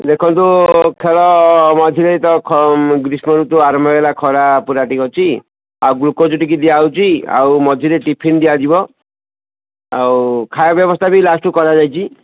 ଦେଖନ୍ତୁ ଖେଳ ମଝିରେ ତ ଖମ ଗ୍ରୀଷ୍ମ ଋତୁ ଆରମ୍ଭ ହୋଇଗଲା ଖରା ପୁରା ଟିକେ ଅଛି ଆଉ ଗ୍ଲୁକୋଜ୍ ଟିକେ ଦିଆ ହେଉଛି ଆଉ ମଝିରେ ଟିଫିନ୍ ଦିଆଯିବ ଆଉ ଖାଇବା ପିଇବା ବ୍ୟବସ୍ଥା ବି ଲାଷ୍ଟ୍କୁ କରାଯାଇଛି